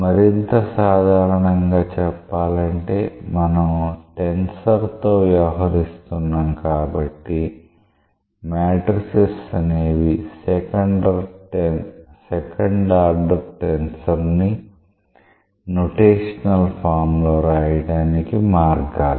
మరింత సాధారణంగా చెప్పాలంటే మనం టెన్సర్ తో వ్యవహరిస్తున్నాం కాబట్టి మాట్రిసెస్ అనేవి సెకండ్ ఆర్డర్ టెన్సర్ ని నొటేషనల్ ఫామ్ లో రాయడానికి మార్గాలు